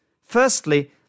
Firstly